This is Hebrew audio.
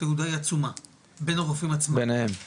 התהודה היא עצומה בין הרופאים עצמם ויש